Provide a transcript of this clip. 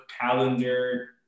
calendar